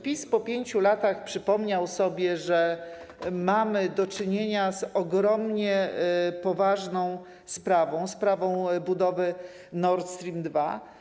PiS po 5 latach przypomniał sobie, że mamy do czynienia z ogromnie poważną sprawą, sprawą budowy Nord Stream 2.